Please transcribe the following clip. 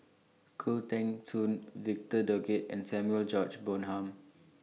Khoo Teng Soon Victor Doggett and Samuel George Bonham